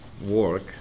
work